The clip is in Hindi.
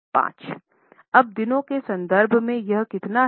5 अब दिनों के संदर्भ में यह कितना है